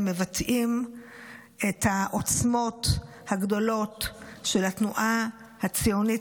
מבטאים את העוצמות הגדולות של התנועה הציונית,